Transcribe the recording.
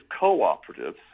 cooperatives